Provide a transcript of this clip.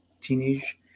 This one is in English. teenage